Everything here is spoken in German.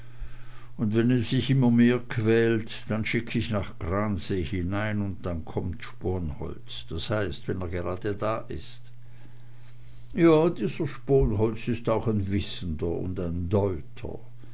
und wenn es mich immer mehr quält dann schick ich nach gransee hinein und dann kommt sponholz das heißt wenn er gerade da ist ja dieser sponholz ist auch ein wissender und ein deuter